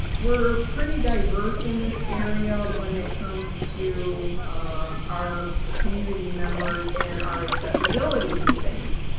we're pretty diverse in this area when it comes to our community members and our accessibility to things.